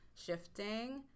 shifting